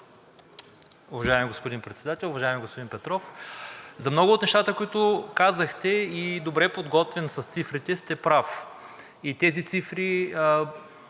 Уважаеми господин Председател, уважаеми господин Петров! За много от нещата, които казахте, и добре подготвен с цифрите, сте прав. И тези цифри